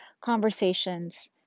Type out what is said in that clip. conversations